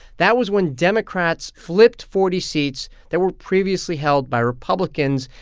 that was when democrats flipped forty seats that were previously held by republicans.